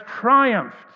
triumphed